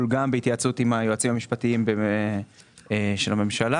התייעצות עם היועצים המשפטיים של הממשלה.